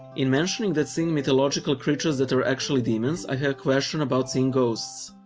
in mentioning that seeing mythological creatures that are actually demons, i had a question about seeing ghosts.